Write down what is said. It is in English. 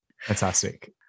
Fantastic